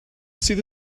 sydd